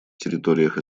территориях